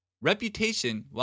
Reputation